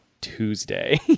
tuesday